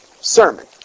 sermon